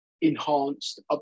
enhanced